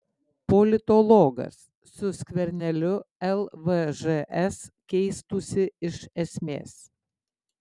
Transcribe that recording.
politologas su skverneliu lvžs keistųsi iš esmės